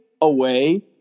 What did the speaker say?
away